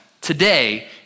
Today